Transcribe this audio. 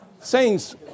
Saints